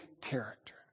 character